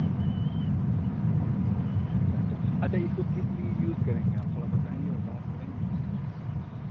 اچھا اچھا اچھا اچھا اس کو کس لیے یوز کریں گے آپ تھوڑا بتاٮٔیں گے وضاحت کریں گے